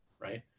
right